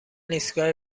ایستگاه